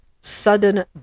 sudden